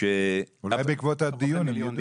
אולי בעקבות הדיון הם יידעו.